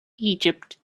egypt